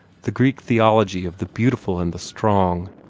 the greek theology of the beautiful and the strong,